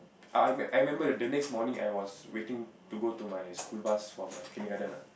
I I I remember the next morning I was waiting to go to my school bus for my kindergarten ah